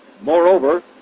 Moreover